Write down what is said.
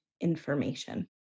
information